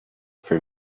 for